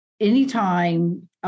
anytime